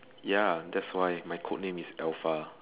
ya that's why my code name is alpha